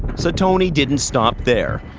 so, tony didn't stop there.